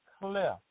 cliff